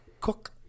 Cook